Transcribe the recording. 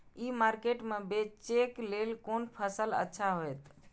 ई market में बेचेक लेल कोन फसल अच्छा होयत?